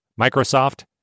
Microsoft